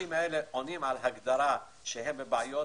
עונים על ההגדרה שהם בבעיות,